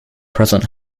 present